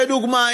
לדוגמה,